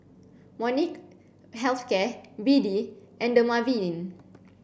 Molnylcke Health Care B D and Dermaveen